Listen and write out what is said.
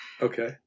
okay